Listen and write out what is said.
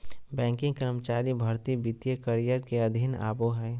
banking कर्मचारी भर्ती वित्तीय करियर के अधीन आबो हय